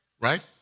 Right